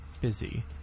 busy